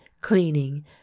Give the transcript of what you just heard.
cleaning